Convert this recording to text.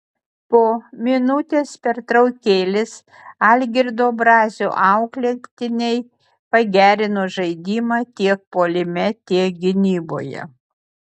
po minutės pertraukėlės algirdo brazio auklėtiniai pagerino žaidimą tiek puolime tiek gynyboje